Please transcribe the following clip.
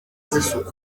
z’isuku